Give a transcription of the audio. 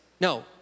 No